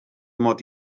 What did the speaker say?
mod